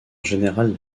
général